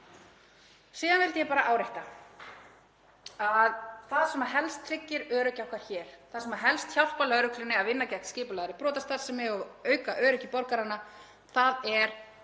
Síðan vildi ég bara árétta að það sem helst tryggir öryggi okkar, það sem helst hjálpar lögreglunni að vinna gegn skipulagðri brotastarfsemi og auka öryggi borgaranna, er